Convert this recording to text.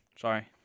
Sorry